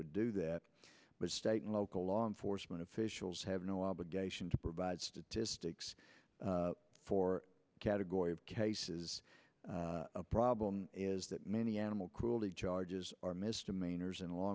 would do that but state and local law enforcement officials have no obligation to provide statistics for category of cases a problem is that many animal cruelty charges are misdemeanors and law